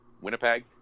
Winnipeg